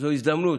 זו הזדמנות,